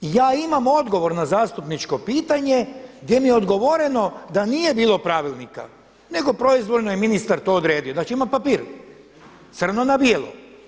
I ja imam odgovor na zastupničko pitanje gdje mi je odgovoreno da nije bilo pravilnika nego proizvoljno je ministar to odredio, znači imam papir, crno na bijelo.